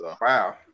Wow